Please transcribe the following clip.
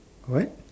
what